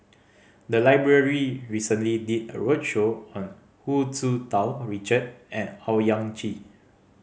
the library recently did a roadshow on Hu Tsu Tau Richard and Owyang Chi